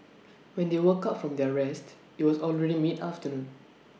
when they woke up from their rest IT was already mid afternoon